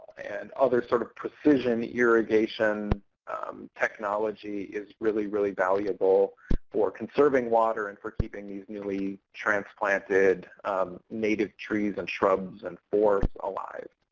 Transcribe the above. and other sort of precision irrigation technology is really, really valuable for conserving water and for keeping these newly transplanted native trees and shrubs and forests alive.